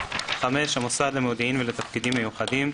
(5)המוסד למודיעין ולתפקידים מיוחדים,